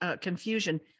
confusion